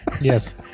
yes